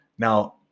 Now